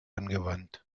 angewandt